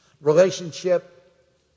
relationship